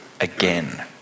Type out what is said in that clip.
again